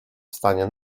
stanie